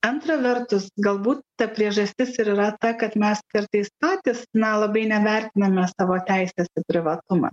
antra vertus galbūt ta priežastis ir yra ta kad mes kartais patys na labai nevertiname savo teisės į privatumą